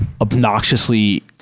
obnoxiously